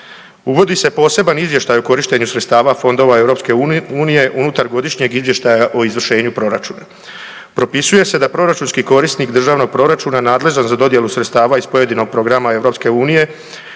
Uvodi se poseban izvještaj u korištenju sredstava fondova EU unutar Godišnjeg izvještaja o izvršenju proračuna. Propisuje se da proračunski korisnik državnog proračuna nadležan za dodjelu sredstava iz pojedinog programa EU